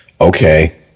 okay